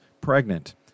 pregnant